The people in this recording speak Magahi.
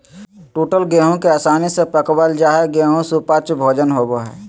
टूटल गेहूं के आसानी से पकवल जा हई गेहू सुपाच्य भोजन होवई हई